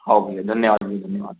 हओ भैया धन्यवाद भैया धन्यवाद